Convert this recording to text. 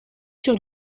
sur